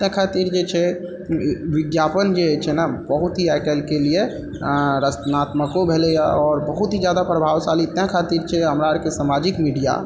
एहि खातिर जे छै विज्ञापन जे होइ छै ने बहुत ही आइ काल्हिके लिए रचनात्मको भेलैए आओर बहुत ही जादा प्रभावशाली तैं खातिर छै हमरा आरके सामाजिक मीडिया